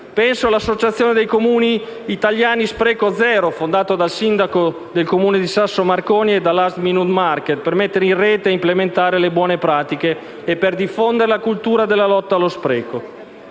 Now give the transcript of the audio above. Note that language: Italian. Penso all'associazione dei Comuni italiani «Spreco zero», fondata dal sindaco del Comune di Sasso Marconi e da Last minute market, per mettere in rete e implementare le buone pratiche e diffondere la cultura della lotta allo spreco.